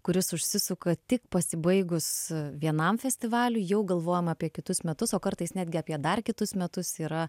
kuris užsisuka tik pasibaigus vienam festivaliui jau galvojam apie kitus metus o kartais netgi apie dar kitus metus yra